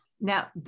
Now